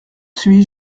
suis